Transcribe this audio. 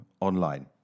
online